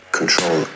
Control